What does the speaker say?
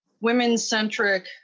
women-centric